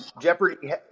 Jeopardy